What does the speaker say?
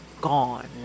gone